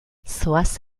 zoaz